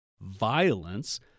violence